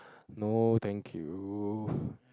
no thank you